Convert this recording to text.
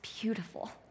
beautiful